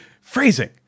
Phrasing